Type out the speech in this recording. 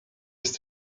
ist